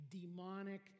demonic